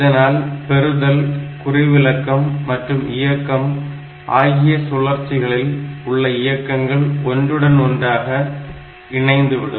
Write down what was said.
இதனால் பெறுதல் குறிவிலக்கம் மற்றும் இயக்கம் ஆகிய சுழற்சிகளில் உள்ள இயக்கங்கள் ஒன்றுடன் ஒன்றாக இணைந்துவிடும்